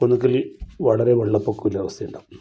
ഒന്നുങ്കിൽ വളരെ വെള്ളപ്പൊക്കൊമുള്ള അവസ്ഥയുണ്ടാവും